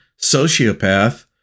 sociopath